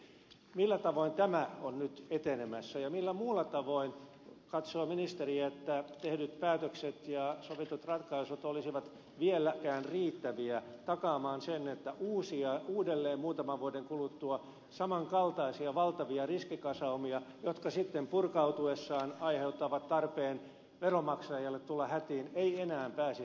millä tavoin tämä on nyt etenemässä ja millä muulla tavoin katsoo ministeri että tehdyt päätökset ja sovitut ratkaisut olisivat vieläkään riittäviä takaamaan sen että uudelleen muutaman vuoden kuluttua samankaltaisia valtavia riskikasaumia jotka sitten purkautuessaan aiheuttavat tarpeen veronmaksajille tulla hätiin ei enää pääsisi muodostumaan